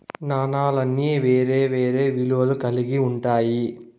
నాణాలన్నీ వేరే వేరే విలువలు కల్గి ఉంటాయి